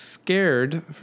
Scared